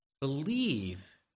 believe